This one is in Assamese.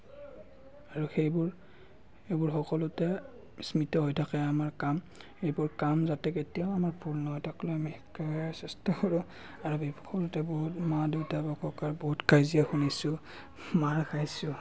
আৰু সেইবোৰ সেইবোৰ সকলোতে স্মৃত হৈ থাকে আমাৰ কাম সেইবোৰ কাম যাতে কেতিয়াও আমাৰ ভুল নহয় তাকলৈ আমি চেষ্টা কৰোঁ আৰু সৰুতে বহুত মা দেউতা বা ককাৰ বহুত কাজিয়া শুনিছোঁ মাৰ খাইছোঁ